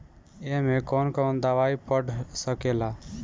ए में कौन कौन दवाई पढ़ सके ला?